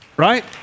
right